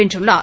வென்றுள்ளார்